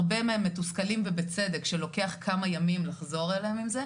הרבה מהם מתוסכלים ובצדק שלוקח כמה ימים לחזור אליהם עם זה,